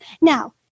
Now